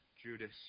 Judas